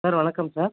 sir வணக்கம் sir